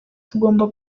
tugomba